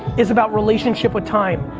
is about relationship with time.